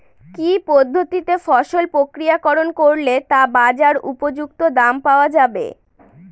কি পদ্ধতিতে ফসল প্রক্রিয়াকরণ করলে তা বাজার উপযুক্ত দাম পাওয়া যাবে?